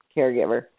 caregiver